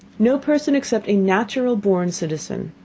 no person except a natural born citizen,